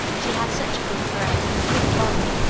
she had such a good brain, and good body,